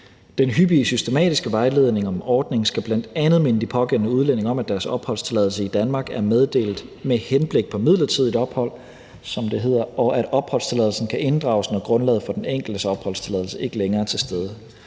Den hyppige systematiske vejledning om ordningen skal bl.a. minde de pågældende udlændinge om, at deres opholdstilladelse i Danmark er meddelt med henblik på midlertidigt ophold, som det hedder, og at opholdstilladelsen kan inddrages, når grundlaget for den enkeltes opholdstilladelse ikke længere er til stede.